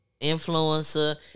influencer